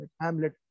Hamlet